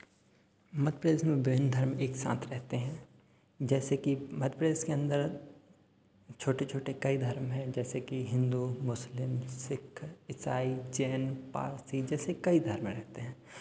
मध्यप्रदेश में धर्म एक साथ रहते हैं जैसे की मध्यप्रदेश के अन्दर छोटे छोटे कई धर्म हैं जैसे कि हिन्दू मुस्लिम सिक्ख ईसाई जैन पारसी जैसे कई धर्म रहते हैं